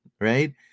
right